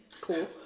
Cool